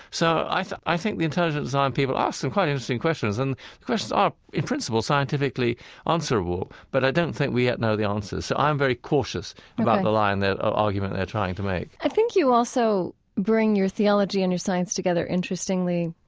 so i think i think the intelligent design people ask some quite interesting questions, and the questions are, in principle, scientifically answerable, but i don't think we yet know the answers. so i'm very cautious about the line of argument they're trying to make i think you also bring your theology and your science together interestingly